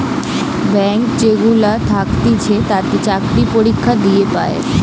bank যেগুলা থাকতিছে তাতে চাকরি পরীক্ষা দিয়ে পায়